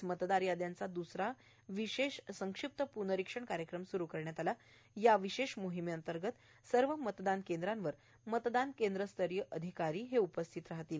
आज मतदार याद्यांचा द्सरा विशेष संक्षिप्त प्नरिक्षण कार्यक्रम सुरु करण्यात आला असून या विशेष मोहिमेअंतर्गत सर्व मतदान केंद्रावर मतदान केंद्रस्तरीय अधिकारी बीएलओ हे उपस्थित राहतील